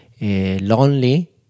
lonely